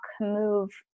move